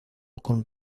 con